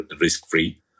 risk-free